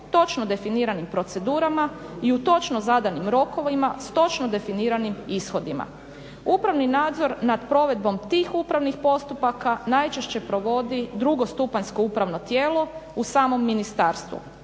točno definiram procedurama i u točno zadanim rokovima s točno definiranim ishodima. Upravni nadzor nad provedbom tih upravnih postupaka najčešće provodi drugostupanjsko upravo tijelo u samom ministarstvu.